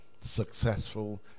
successful